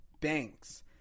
Banks